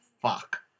Fuck